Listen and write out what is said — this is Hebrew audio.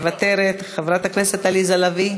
מוותרת, חברת הכנסת עליזה לביא,